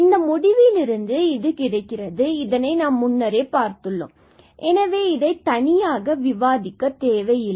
இந்த முடிவிலிருந்து இது கிடைக்கிறது இதை முன்னரே நாம் பார்த்துள்ளோம் எனவே இதை தனியாக நாம் விவாதிக்க தேவை இல்லை